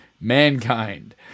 Mankind